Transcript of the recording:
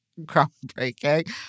groundbreaking